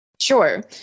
Sure